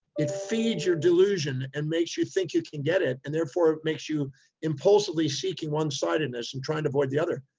it feeds your delusion and makes you think you can get it. and therefore it makes you impulsively seeking one sidedness and trying to avoid the other.